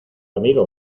amigo